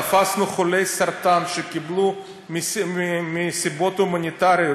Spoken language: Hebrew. תפסנו חולי סרטן שקיבלו מסיבות הומניטריות